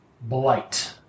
blight